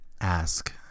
ask